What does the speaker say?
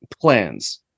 plans